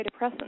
antidepressants